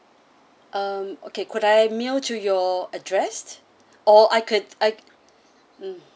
um okay could I email to your address or I could I mm